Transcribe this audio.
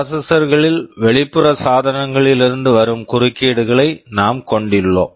processor processor களில் வெளிப்புற சாதனங்களிலிருந்து வரும் குறுக்கீடுகளை நாம் கொண்டுள்ளோம்